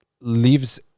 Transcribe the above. lives